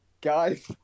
Guys